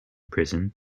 prison